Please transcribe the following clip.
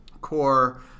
core –